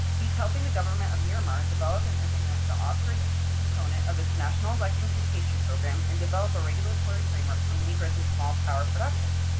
he's helping the government of myanmar develop and implement the off-grid component of its national electrification program and develop a regulatory framework for mini-grids and small power production.